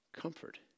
comfort